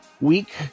week